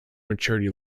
maturity